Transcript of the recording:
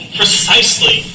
precisely